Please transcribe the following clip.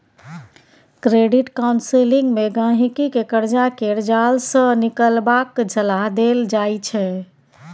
credit counselling मे गहिंकी केँ करजा केर जाल सँ निकलबाक सलाह देल जाइ छै